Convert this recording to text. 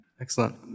excellent